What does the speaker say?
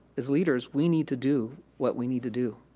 as leaders, we need to do what we need to do.